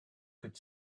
could